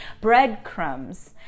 breadcrumbs